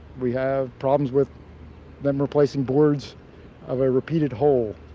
we have problems with them replacing boards of a repeated hole.